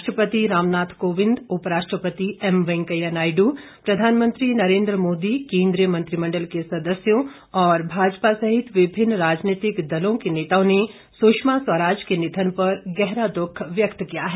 राष्ट्रपति रामनाथ कोविंद उपराष्ट्रपति एम वेंकैया नायडू प्रधानमंत्री नरेन्द्र मोदी केंद्रीय मंत्रिमण्डल के सदस्यों और भाजपा सहित विभिन्न राजनीतिक दलों के नेताओं ने सुषमा स्वराज के निधन पर गहरा दुख व्यक्त किया है